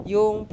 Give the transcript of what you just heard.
Yung